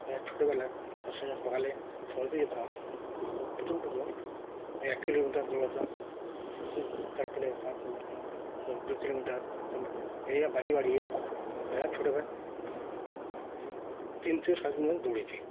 অনেক ছোটবেলায় সঙ্গে সকালে যেতাম প্রথম প্রথম এক কিলোমিটার দৌড়াতাম তার পরে দু কিলোমিটার এভাবে বাড়িয়ে বাড়িয়ে ছোটবেলায় তিন থেকে সাড়ে তিন কিলোমিটার দৌড়েছি